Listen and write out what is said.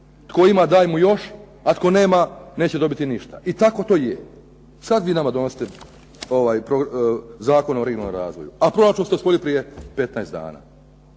"tko ima daj mu još, a tko nema neće dobiti ništa". I tako to je. Sad vi nama donosite Zakon o regionalnom razvoju, a proračun ste usvojili prije 15 dana.